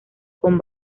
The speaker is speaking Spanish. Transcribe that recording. con